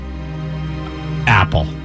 Apple